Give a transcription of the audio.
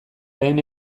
lehen